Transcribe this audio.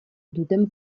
duten